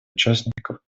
участников